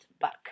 buck